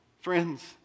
Friends